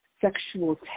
sexual